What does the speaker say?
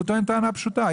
הוא טוען טענה פשוטה.